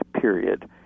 period